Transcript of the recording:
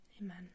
Amen